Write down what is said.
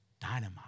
dynamite